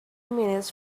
minutes